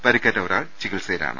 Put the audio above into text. പരിക്കേറ്റ ഒരാൾ ചികിത്സയിലാണ്